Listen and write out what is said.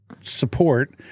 support –